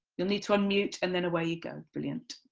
you'll need to unmute and then away you go, brilliant.